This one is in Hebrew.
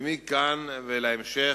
ומכאן ולהמשך,